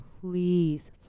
please